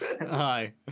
Hi